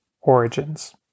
Origins